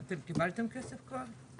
אתם קיבלתם כסף כבר?